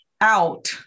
out